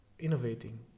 innovating